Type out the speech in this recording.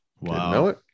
Wow